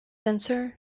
fencer